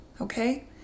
okay